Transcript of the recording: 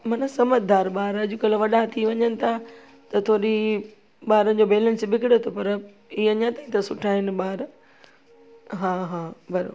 मन समझदार ॿार अॼकल्ह वॾा थी वञनि था त थोरी ॿारनि जो बैलेंस बिगड़े थो पर इहे अञा ताईं त सुठा आहिनि ॿार हा हा बराबरि